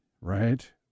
right